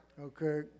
okay